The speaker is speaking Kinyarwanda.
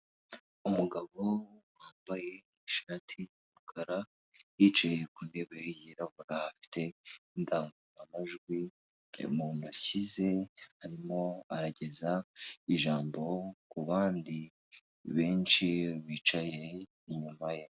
Umugabo wambaye ishati y'umukara yicaye ku ntebe yirabura afite indangurumajwi mu ntoki ze arimo arageza ijambo ku bandi benshi bicaye inyuma ye.